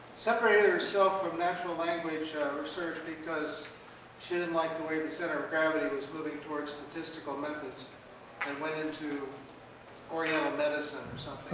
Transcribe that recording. separated herself from natural language research because she didn't like the way the center of gravity was moving towards statistical methods and went into oriental medicine